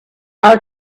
are